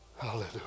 Hallelujah